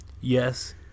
Yes